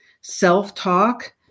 self-talk